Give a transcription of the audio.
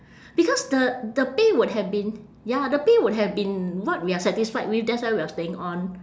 because the the pay would have been ya the pay would have been what we are satisfied with that's why we are staying on